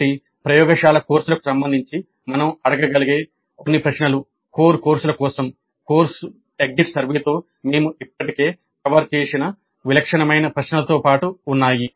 కాబట్టి ప్రయోగశాల కోర్సులకు సంబంధించి మనం అడగగలిగే కొన్ని ప్రశ్నలు కోర్ కోర్సుల కోసం కోర్సు ఎగ్జిట్ సర్వేతో మేము ఇప్పటికే కవర్ చేసిన విలక్షణమైన ప్రశ్నలతో పాటు ఉన్నాయి